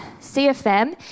CFM